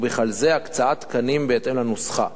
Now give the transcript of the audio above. ובכלל זה הקצאת תקנים בהתאם לנוסחה: